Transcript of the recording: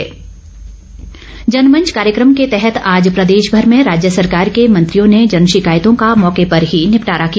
जनमंच जनमंच कार्यक्रम के तहत आज प्रदेशमर में राज्य सरकार के मंत्रियों ने जन शिकायतों का मौके पर ही निपटारा किया